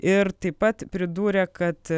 ir taip pat pridūrė kad